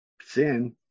sin